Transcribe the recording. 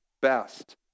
best